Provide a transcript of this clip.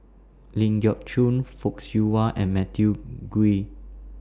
Ling Geok Choon Fock Siew Wah and Matthew Ngui